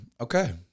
Okay